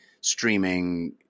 streaming